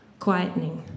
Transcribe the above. quietening